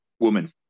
Woman